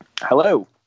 Hello